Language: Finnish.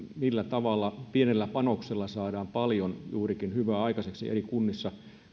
millä tavalla pienellä panoksella saadaan paljon juurikin hyvää aikaiseksi eri kunnissa